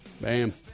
Bam